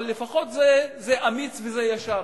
אבל לפחות זה אמיץ וזה ישר.